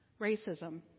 racism